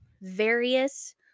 various